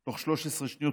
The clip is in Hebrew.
כולו תוך 13 שניות,